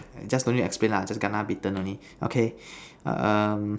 just don't need explain lah just kena beaten only okay um